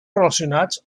relacionats